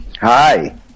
Hi